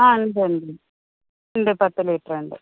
ആ ഇവിടൊണ്ട് ഉണ്ട് പത്ത് ലിറ്ററുണ്ട്